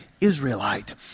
Israelite